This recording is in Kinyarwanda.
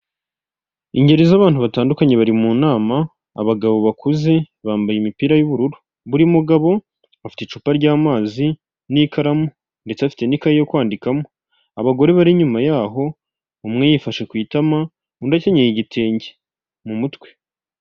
Ingeri z'abantu batandukanye bari mu nama abagabo bakuze, bambaye imipira yubururu buri mugabo bafite icupa ry'amazi n'ikaramu ndetse afite'ka yo kwandikamo abagore bari inyuma yahoo umwe yifashe ku itama mu undi akenyera igitenge mu mutwe.